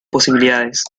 posibilidades